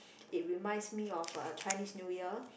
it reminds me of uh Chinese New Year